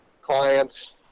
clients